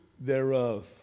thereof